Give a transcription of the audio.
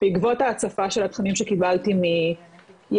בערבות ההפצה של התכנים שקיבלתי מילדות,